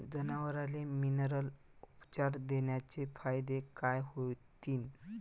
जनावराले मिनरल उपचार देण्याचे फायदे काय होतीन?